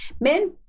Men